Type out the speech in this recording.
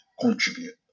contribute